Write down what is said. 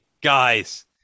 guys